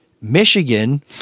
Michigan